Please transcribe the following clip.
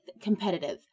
competitive